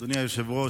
אדוני היושב-ראש,